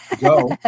go